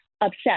upset